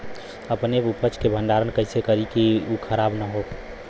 अपने उपज क भंडारन कइसे करीं कि उ खराब न हो?